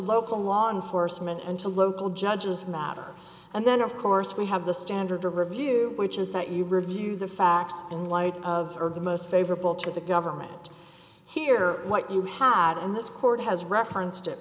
local law enforcement and to local judges matter and then of course we have the standard of review which is that you review the facts in light of the most favorable to the government here what you have had in this court has referenced it